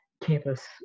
campus